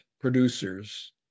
producers